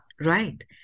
right